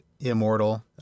immortal